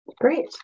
Great